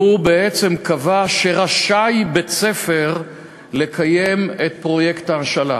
והוא בעצם קבע שרשאי בית-ספר לקיים את פרויקט ההשאלה.